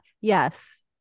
Yes